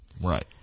right